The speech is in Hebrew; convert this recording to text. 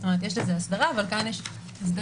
כלומר יש לזה אסדרה אבל כאן יש הסדר